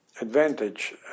advantage